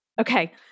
Okay